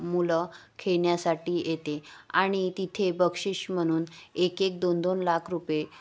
मुलं खेळण्यासाठी येते आणि तिथे बक्षिस म्हणून एक एक दोन दोन लाख रुपये